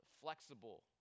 flexible